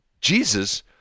Jesus